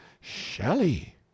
Shelley